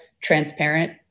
transparent